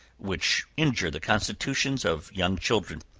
which injure the constitutions of young children.